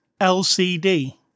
LCD